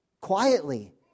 quietly